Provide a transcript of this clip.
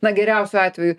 na geriausiu atveju